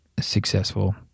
successful